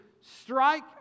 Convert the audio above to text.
strike